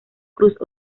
cruz